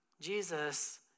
Jesus